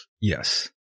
yes